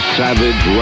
savage